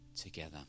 together